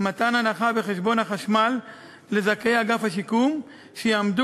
מתן הנחה בחשבון החשמל לזכאי אגף השיקום שיעמוד